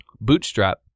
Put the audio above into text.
Bootstrap